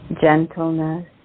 gentleness